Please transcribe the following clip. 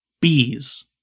Bees